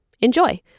Enjoy